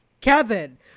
Kevin